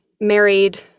married